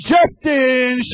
Justin